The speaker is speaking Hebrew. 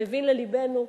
מבין ללבנו,